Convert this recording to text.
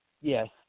Yes